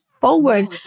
forward